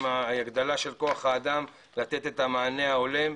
עם ההגדלה של כוח האדם לתת את המענה ההולם,